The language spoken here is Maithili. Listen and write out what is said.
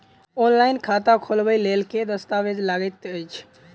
ऑनलाइन खाता खोलबय लेल केँ दस्तावेज लागति अछि?